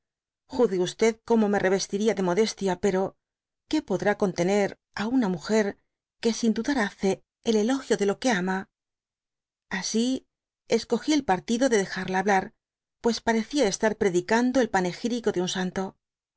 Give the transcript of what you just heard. historiadora juzgue como me reyestiria de modestia pero que pocirá contener á una múger que sin dudar hace el elogio de lo que ama asi escogí d partido de dejarla hablar pues parecía tar predicando el panegírico de un santo